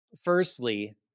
Firstly